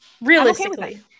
Realistically